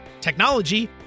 technology